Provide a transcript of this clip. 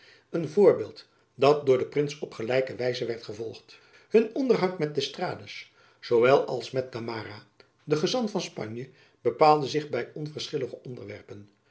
een voorbeeld dat door den prins op gelijke wijze werd gevolgd hun onderhoud met d'estrades zoowel als met gamarra den gezant van spanje bepaalde zich by onverschillige onderwerpen